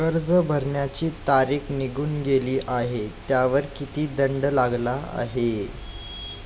कर्ज भरण्याची तारीख निघून गेली आहे त्यावर किती दंड लागला आहे?